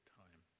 time